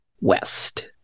west